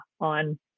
on